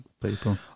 People